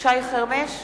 שי חרמש,